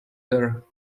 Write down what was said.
their